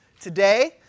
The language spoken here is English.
today